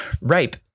rape